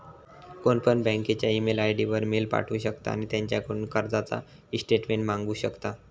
कोणपण बँकेच्या email ID वर मेल पाठवु शकता आणि त्यांच्याकडून कर्जाचा ईस्टेटमेंट मागवु शकता